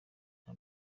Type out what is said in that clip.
nta